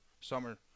summer